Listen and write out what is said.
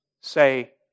say